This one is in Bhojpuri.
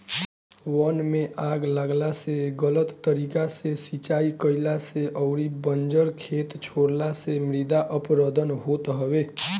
वन में आग लागला से, गलत तरीका से सिंचाई कईला से अउरी बंजर खेत छोड़ला से मृदा अपरदन होत हवे